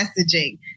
messaging